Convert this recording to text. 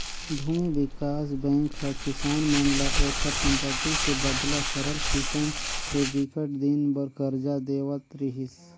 भूमि बिकास बेंक ह किसान मन ल ओखर संपत्ति के बदला सरल किसम ले बिकट दिन बर करजा देवत रिहिस